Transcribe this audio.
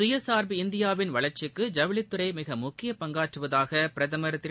சுயசார்புஇந்தியாவின்வளர்ச்சிக்குஜவுளித்துறைமிகமு க்கியபங்காற்றுவதாகபிரதமர்திரு